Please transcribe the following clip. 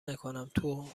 نکنم، تو